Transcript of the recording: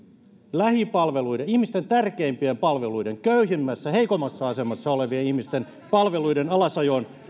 lähipalveluiden ihmisten tärkeimpien palveluiden köyhimmässä heikoimmassa asemassa olevien ihmisten palveluiden alasajoon